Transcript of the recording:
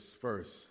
first